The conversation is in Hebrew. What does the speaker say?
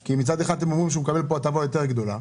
כי מצד אחד אתם אומרים שהוא מקבל כאן הטבה יותר גדולה.